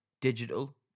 Digital